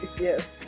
Yes